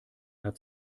hat